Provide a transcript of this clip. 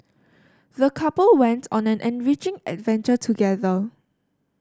the couple went on an enriching adventure together